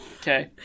Okay